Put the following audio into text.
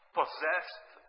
possessed